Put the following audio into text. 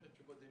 לא מפרסמים.